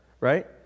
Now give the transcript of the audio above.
right